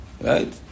right